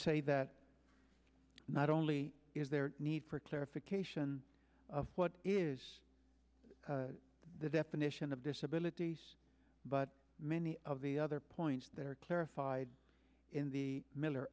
say that not only is there need for clarification of what is the definition of disability but many of the other points that are clarified in the miller